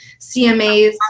CMAs